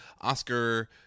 Oscar